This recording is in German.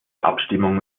abstimmung